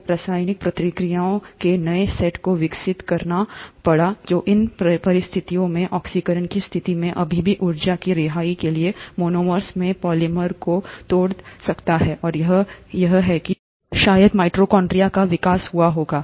तो रासायनिक प्रतिक्रियाओं के नए सेट को विकसित करना पड़ा जो इन परिस्थितियों में ऑक्सीकरण की स्थिति में अभी भी ऊर्जा की रिहाई के लिए मोनोमर्स में पॉलिमर को तोड़ सकता है और यह कहीं यहीं है कि शायद माइटोकॉन्ड्रिया का विकास हुआ होगा